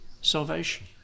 salvation